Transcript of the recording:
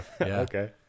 Okay